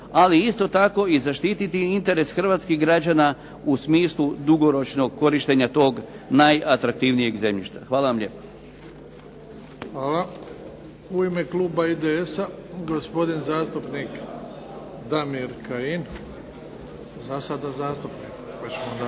ali isto tako i zaštititi interes hrvatskih građana u smislu dugoročnog korištenja tog najatraktivnijeg zemljišta. Hvala vam lijepa. **Bebić, Luka (HDZ)** Hvala. U ime kluba IDS-a gospodin zastupnik Damir Kajin. **Kajin,